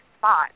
spot